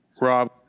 Rob